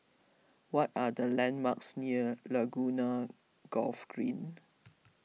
what are the landmarks near Laguna Golf Green